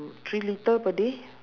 three litre per day